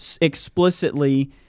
explicitly